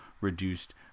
reduced